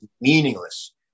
meaningless